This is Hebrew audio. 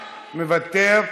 מוותר,